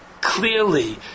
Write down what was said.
clearly